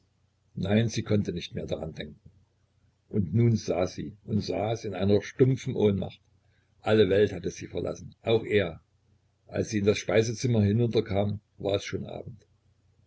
nein sie konnte nicht mehr daran denken und nun saß sie und saß in einer stumpfen ohnmacht alle welt hatte sie verlassen auch er als sie in das speisezimmer hinunterkam war es schon abend